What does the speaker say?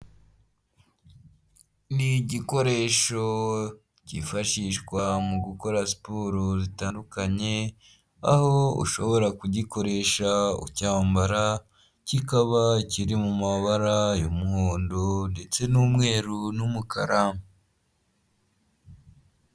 Ni igikoresho cyifashishwa mu gukora siporo zitandukanye, aho ushobora kugikoresha ucyambara kikaba kiri mu mabara y'umuhondo ndetse n'umweru n'umukara.